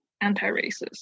anti-racist